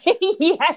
Yes